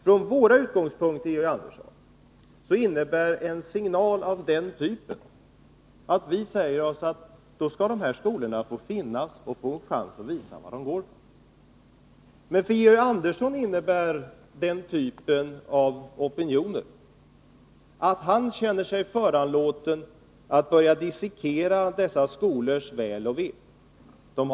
Från våra utgångspunkter, Georg Andersson, innebär ett krav av den typen att vi säger: Då skall dessa skolor få finnas och få chans att visa vad de går för. Men för Georg Andersson innebär dessa opinioner bara att han känner sig föranlåten att börja dissekera dessa skolors fördelar och nackdelar.